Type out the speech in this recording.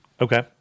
Okay